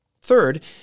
Third